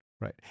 right